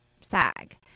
SAG